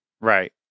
Right